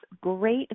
great